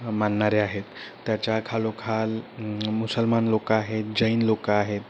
मानणारे आहेत त्याच्या खालोखाल मुसलमान लोकं आहेत जैन लोकं आहेत